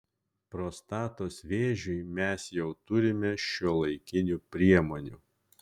prostatos vėžiui mes jau turime šiuolaikinių priemonių